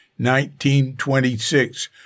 1926